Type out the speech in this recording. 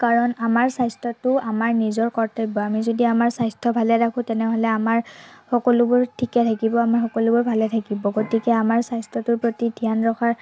কাৰণ আমাৰ স্বাস্থ্যটো আমাৰ নিজৰ কৰ্তব্য আমি যদি আমাৰ স্বাস্থ্য ভালে ৰাখোঁ তেনেহ'লে আমাৰ সকলোবোৰ ঠিকে থাকিব আমাৰ সকলোবোৰ ভালে থাকিব গতিকে আমাৰ স্বাস্থ্যটোৰ প্ৰতি ধ্যান ৰখাৰ